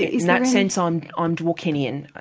in that sense um ah i'm dworkinian.